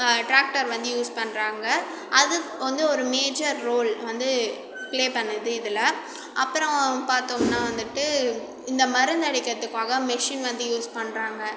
tractor வந்து use பண்ணுறாங்க அது வந்து ஒரு மேஜர் ரோல் வந்து ப்ளே பண்ணுது இதில் அப்புறம் பார்த்தோம்னா வந்துவிட்டு இந்த மருந்தடிக்கிறதுக்காக மெஷின் வந்து யூஸ் பண்ணுறாங்க